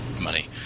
money